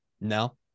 No